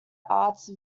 arts